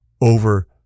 over